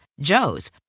Joe's